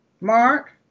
Mark